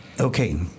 Okay